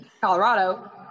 Colorado